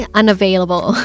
unavailable